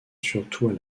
surtout